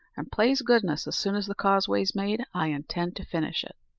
and, plase goodness, as soon as the causeway's made, i intend to finish it.